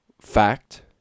Fact